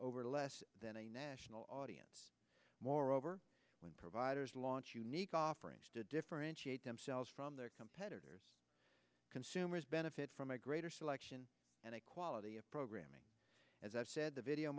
to less than a national audience moreover when providers launch unique offerings to differentiate themselves from their competitors consumers benefit from a greater selection and a quality of programming as i said the video